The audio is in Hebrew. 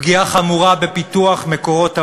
פגיעה חמורה בפיתוח מקורות המים,